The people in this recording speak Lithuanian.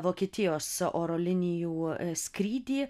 vokietijos oro linijų skrydį